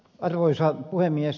arvoisa puhemies